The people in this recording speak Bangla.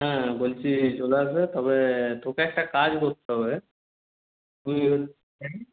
হ্যাঁ বলছি চলে আসবে তবে তোকে একটা কাজ করতে হবে তুই